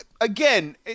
Again